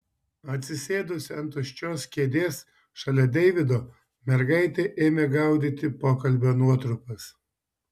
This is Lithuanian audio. atsisėdusi ant tuščios kėdės šalia deivido mergaitė ėmė gaudyti pokalbio nuotrupas